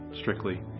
strictly